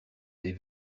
des